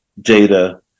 data